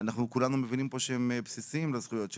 אנחנו כולנו מבינים פה שהם בסיסיים לזכויות שלהם.